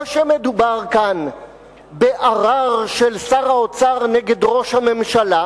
או שמדובר כאן בערר של שר האוצר נגד ראש הממשלה,